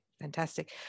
fantastic